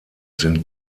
sind